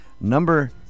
number